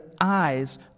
eyes